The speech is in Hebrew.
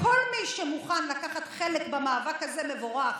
וכל מי שמוכן לקחת חלק במאבק הזה מבורך.